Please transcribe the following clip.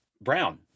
Brown